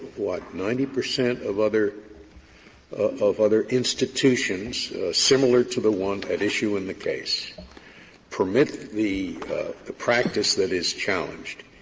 what, ninety percent of other of other institutions similar to the one at issue in the case permit the the practice that is challenged,